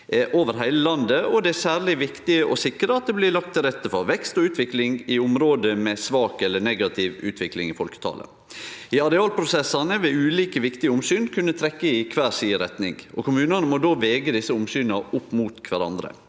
over heile landet, og det er særleg viktig å sikre at det blir lagt til rette for vekst og utvikling i område med svak eller negativ utvikling i folketalet. I arealprosessane vil ulike viktige omsyn kunne trekkje i kvar si retning, og kommunane må då vege desse omsyna opp mot kvarandre.